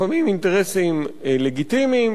לפעמים אינטרסים לגיטימיים,